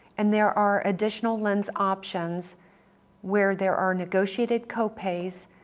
and there are additional lens options where there are negotiated copays,